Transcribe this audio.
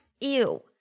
Ew